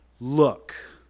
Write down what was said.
look